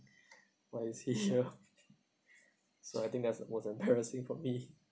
why is he here so I think that's the most embarrassing for me